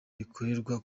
rikorerwa